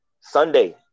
Sunday